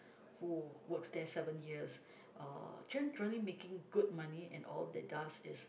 who works there seven years uh generally making good money and all they does is